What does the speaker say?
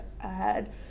ahead